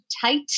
tight